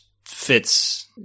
fits